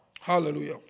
Hallelujah